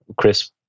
Chris